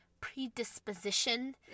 predisposition